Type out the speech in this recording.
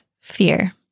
fear